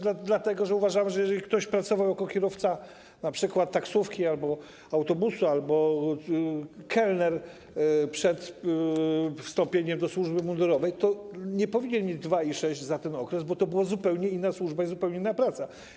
Dlatego że uważamy, że jeżeli ktoś pracował jako kierowca np. taksówki albo autobusu albo kelner przed wstąpieniem do służby mundurowej, to nie powinien mieć 2,6 za ten okres, bo to była zupełnie inna służba i zupełnie inna praca.